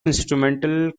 instrumental